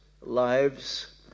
lives